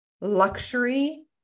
Luxury